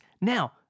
Now